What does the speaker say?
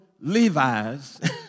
Levi's